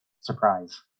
surprise